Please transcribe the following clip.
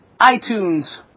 iTunes